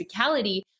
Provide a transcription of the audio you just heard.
physicality